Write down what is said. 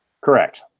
Correct